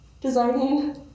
designing